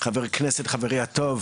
חבר הכנסת שהוא חברי הטוב,